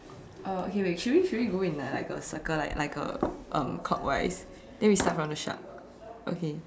uh okay wait should we should go in like a circle like a um clockwise then we start from the shark okay